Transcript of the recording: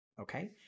Okay